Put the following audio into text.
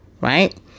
right